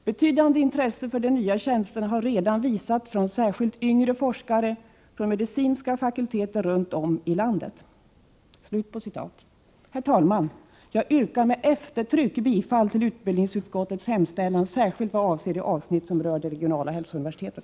Betydande intresse för de nya tjänsterna har redan visats från särskilt yngre forskare från medicinska fakulteter runt om i landet.” Herr talman! Jag yrkar med eftertryck bifall till utbildningsutskottets hemställan, särskilt det avsnitt som rör det regionala hälsouniversitetet.